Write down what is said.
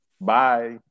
Bye